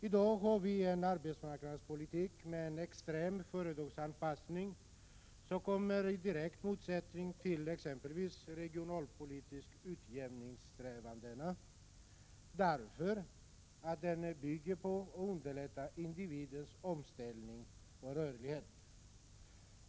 I dag har vi en arbetsmarknadspolitik som kännetecknas av en extrem företagsanpassning i direkt motsättning till exempelvis de regionalpolitiska utjämningssträvandena, därför att den bygger på och underlättar individens omställning och rörlighet.